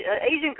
Asian